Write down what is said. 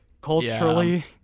culturally